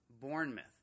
Bournemouth